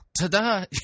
Ta-da